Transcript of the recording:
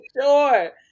sure